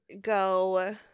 go